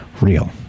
real